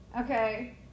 Okay